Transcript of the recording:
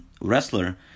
wrestler